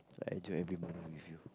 I enjoy every moment with you